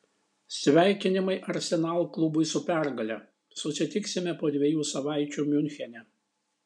sveikinimai arsenal klubui su pergale susitiksime po dviejų savaičių miunchene